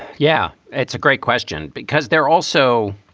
yeah, it's a great question because they're also.